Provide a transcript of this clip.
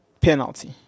penalty